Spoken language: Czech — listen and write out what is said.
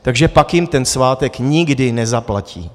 Takže pak jim ten svátek nikdy nezaplatí.